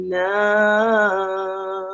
now